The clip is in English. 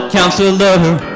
Counselor